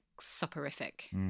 soporific